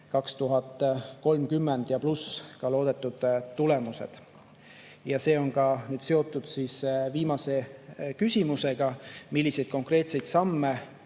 2030 ja pluss loodetud tulemused. See on ka seotud viimase küsimusega: milliseid konkreetseid samme